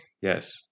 Yes